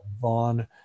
vaughn